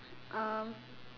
um